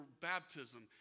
baptism